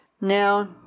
Now